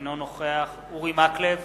אינו נוכח אורי מקלב,